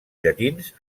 llatins